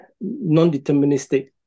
non-deterministic